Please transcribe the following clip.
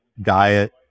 Diet